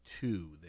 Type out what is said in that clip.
two